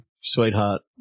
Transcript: sweetheart